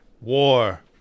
War